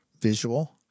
visual